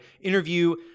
interview